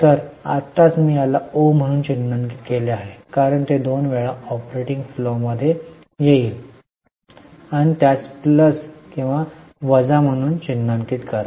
तर आत्ताच मी त्याला ओ म्हणून चिन्हांकित केले आहे कारण ते दोन वेळा ऑपरेटिंग फ्लोमध्ये येईल आणि त्यास प्लस आणि वजा चिन्हांकित करेल